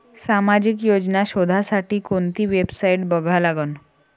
सामाजिक योजना शोधासाठी कोंती वेबसाईट बघा लागन?